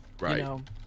Right